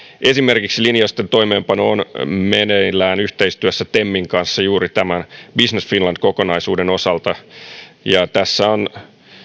esimerkiksi linjausten toimeenpano on meneillään yhteistyössä temin kanssa juuri tämän business finland kokonaisuuden osalta tässä on